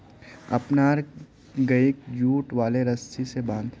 अपनार गइक जुट वाले रस्सी स बांध